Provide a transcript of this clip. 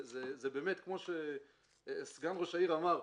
זה באמת כמו שסגן ראש העיר אמר.